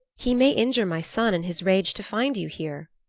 he may injure my son in his rage to find you here.